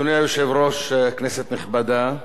אדוני היושב-ראש, כנסת נכבדה,